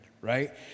right